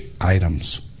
items